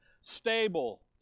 Stable